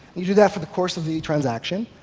you do that for the course of the transaction,